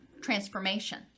transformation